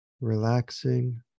relaxing